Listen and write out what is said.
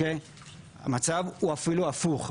המצב הוא אפילו הפוך,